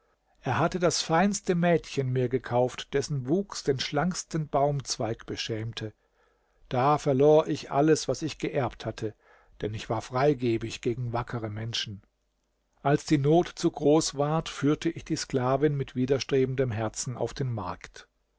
er hatte das feinste mädchen mir gekauft dessen wuchs den schlanksten baumzweig beschämte da verlor ich alles was ich geerbt hatte denn ich war freigebig gegen wackere menschen als die not zu groß ward führte ich die sklavin mit widerstrebendem herzen auf den markt